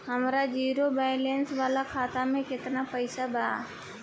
हमार zero balance वाला खाता में केतना पईसा बा?